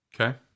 Okay